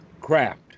craft